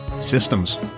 systems